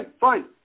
fine